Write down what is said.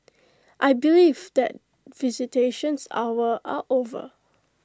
I believe that visitations hours are over